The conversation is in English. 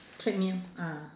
treadmill ah